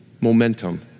momentum